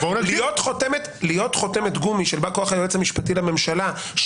להיות חותמת גומי של בא-כוח היועץ המשפטי לממשלה,